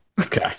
Okay